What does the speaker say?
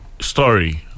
story